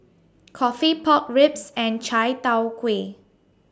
Coffee Pork Ribs and Chai Tow Kuay